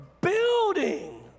building